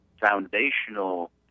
foundational